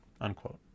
Unquote